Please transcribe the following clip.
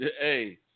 Hey